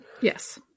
Yes